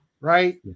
right